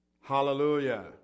Hallelujah